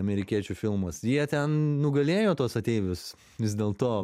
amerikiečių filmas jie ten nugalėjo tuos ateivius vis dėlto